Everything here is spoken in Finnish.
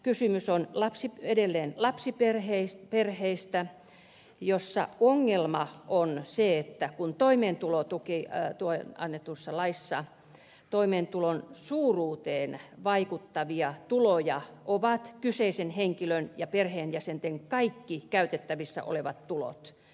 kysymys on edelleen lapsiperheistä joissa ongelma on se että toimeentulotulotuesta annetussa laissa toimeentulon suuruuteen vaikuttavia tuloja ovat kyseisen henkilön ja perheenjäsenten kaikki käytettävissä olevat tulot